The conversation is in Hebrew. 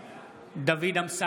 (קורא בשמות חברי הכנסת) דוד אמסלם,